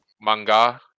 Manga